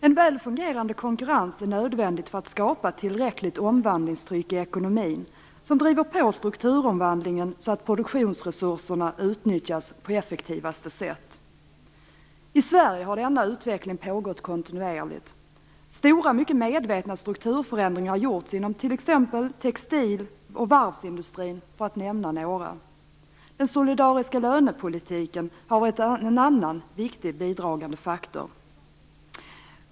En väl fungerande konkurrens är nödvändig för att skapa ett tillräckligt omvandlingstryck i ekonomin, som driver på strukturomvandlingen så att produktionsresurserna utnyttjas på effektivaste sätt. I Sverige har denna utveckling pågått kontinuerligt. Stora, mycket medvetna strukturförändringar har gjorts inom t.ex. textil och varvsindustrin, för att nämna några. Den solidariska lönepolitiken har varit en annan viktig bidragande faktor.